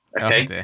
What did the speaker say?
okay